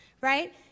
right